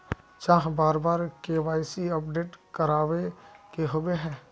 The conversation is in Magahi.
चाँह बार बार के.वाई.सी अपडेट करावे के होबे है?